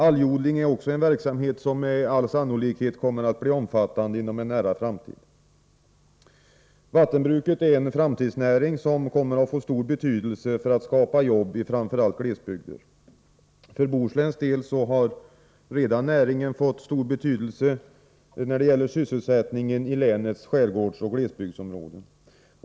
Algodling är också en verksamhet som med all sannolikhet kommer att bli omfattande inom en nära framtid. Vattenbruket är en framtidsnäring som kommer att få stor betydelse för att skapa jobb i framför allt glesbygder. För Bohusläns del har redan näringen fått stor betydelse för sysselsättningen i länets skärgårdsoch glesbygdsområden.